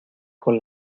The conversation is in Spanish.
con